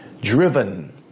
driven